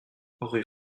rue